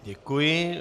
Děkuji.